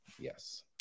Yes